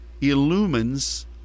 illumines